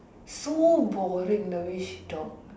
so boring the way she talk